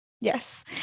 Yes